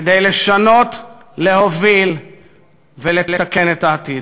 כדי לשנות, להוביל ולתקן את העתיד.